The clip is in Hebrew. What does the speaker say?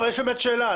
יש באמת שאלה.